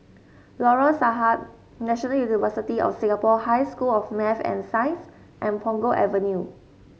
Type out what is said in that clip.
Lorong Sarhad National University of Singapore High School of Math and Science and Punggol Avenue